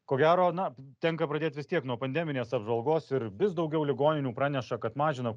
ko gero na tenka pradėt vis tiek nuo pandeminės apžvalgos ir vis daugiau ligoninių praneša kad mažina